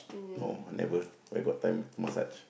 no never where got time massage